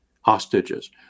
hostages